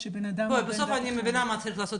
אני מבינה מה צריך לעשות,